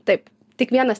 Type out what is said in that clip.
taip tik vienas